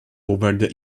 over